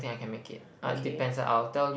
okay